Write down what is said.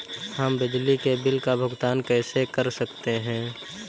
हम बिजली के बिल का भुगतान कैसे कर सकते हैं?